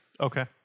Okay